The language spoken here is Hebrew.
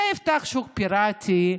זה יפתח שוק פיראטי.